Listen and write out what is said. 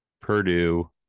Purdue